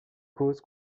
cause